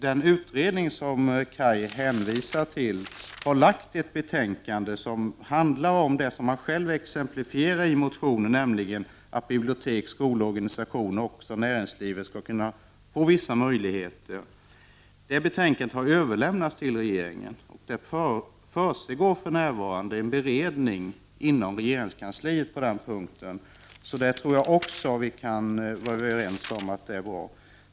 Den utredning som Kaj Nilsson hänvisade till har redan lagt fram ett betänkande som handlar om det som exemplifieras i motionen, nämligen detta att bibliotek, skolor, organisationer liksom näringslivet skall kunna få vissa möjligheter. Det betänkandet har överlämnats till regeringen, och det pågår för närvarande en beredning inom regeringskansliet på den punkten. Jag tror att vi kan vara överens om att det är bra.